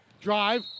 Drive